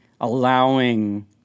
allowing